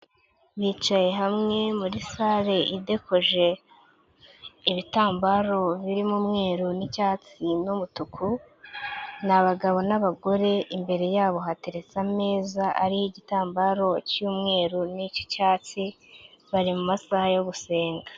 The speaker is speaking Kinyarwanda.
Bicaye hamwe muri sale idekoje ibitambaro birimo umweru n'icyatsi n'umutuku, ni abagabo n'abagore, imbere yabo hateretse ameza ariho igitambaro cy'umweru n'icyatsi, bari mu mumasaha yo gusenga.